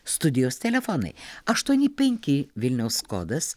studijos telefonai aštuoni penki vilniaus kodas